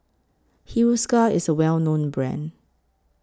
Hiruscar IS A Well known Brand